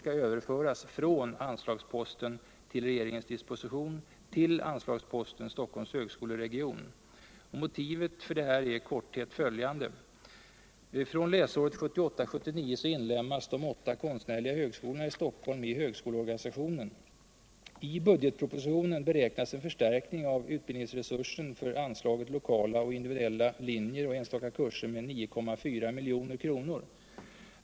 skall överföras från anslagsposten Till regeringens disposition till anslagsposten Stockholms högskoleregion. Motivet är i korthet följande. Från läsåret 1978/79 inlemmas de åtta konstnärliga högskolorna i Stockholm i högskoleorganisationen. I budgetpropositionen beräknas en förstärkning av utbildningsresursen för anslaget Lokala och individuella linjer och enstaka kurser med 9,4 milj.kr.